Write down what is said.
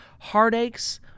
heartaches